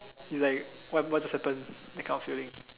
is like what what just happen that kind of feeling